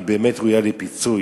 היא באמת ראויה לפיצוי.